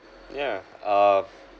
yeah uh